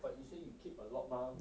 but you say you keep a lot mah